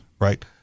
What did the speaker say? Right